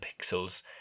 pixels